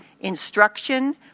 instruction